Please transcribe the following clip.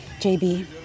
JB